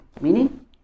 meaning